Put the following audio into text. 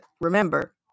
remember